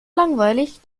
langweilig